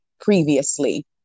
previously